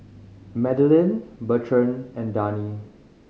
Madelene Bertrand and Dani